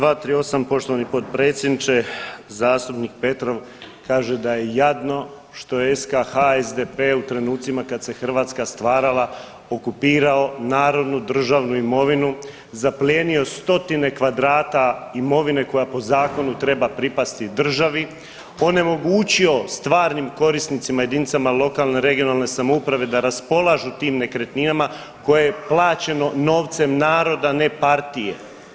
238., poštovani potpredsjedniče, zastupnik Petrov kaže da je jadno što je SKH i SDP u trenucima kad se Hrvatska stvarala okupirao narodnu državnu imovinu, zaplijenio stotine kvadrata imovine koja po zakonu treba pripasti državi, onemogućio stvarnim korisnicima jedinicama lokalne i regionalne samouprave da raspolažu tim nekretninama koje je plaćeno novcem naroda ne partije.